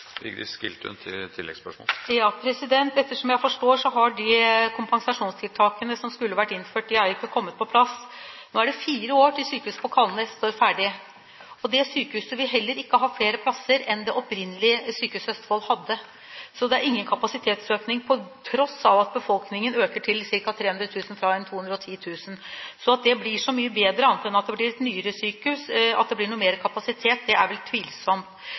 forstår, har de kompensasjonstiltakene som skulle vært innført, ikke kommet på plass. Nå er det fire år til sykehuset på Kalnes står ferdig. Det sykehuset vil heller ikke ha flere plasser enn det opprinnelige Sykehuset Østfold hadde. Det er ingen kapasitetsøkning, på tross av at befolkningen øker til ca. 300 000, fra 210 000. Så at det blir så mye bedre og større kapasitet, annet enn at det blir et nyere sykehus, er vel tvilsomt. Det som bekymrer meg, og som jeg hadde håpet skulle bekymre statsråden også, er